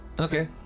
Okay